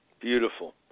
Beautiful